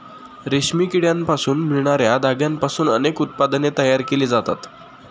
रेशमी किड्यांपासून मिळणार्या धाग्यांपासून अनेक उत्पादने तयार केली जातात